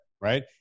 right